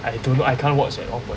I don't know I can't watch at one point